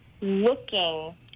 looking